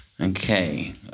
Okay